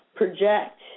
project